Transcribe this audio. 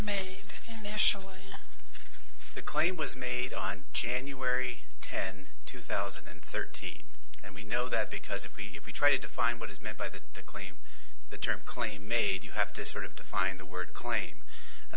and national the claim was made on january tenth two thousand and thirteen and we know that because if we if we try to define what is meant by the claim the term claim made you have to sort of define the word claim and